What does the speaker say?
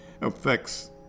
affects